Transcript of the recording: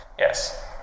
Yes